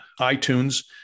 iTunes